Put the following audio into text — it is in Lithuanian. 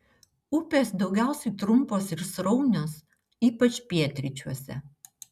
upės daugiausiai trumpos ir sraunios ypač pietryčiuose